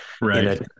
right